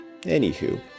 anywho